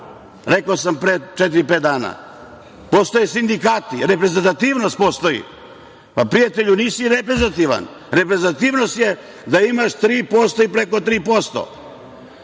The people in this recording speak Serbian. rekao sam pre četiri, pet dana, postoje sindikati, reprezentativnost postoji. Pa, prijatelju, nisi reprezentativan. Reprezentativnost je da imaš 3% i preko 3%, a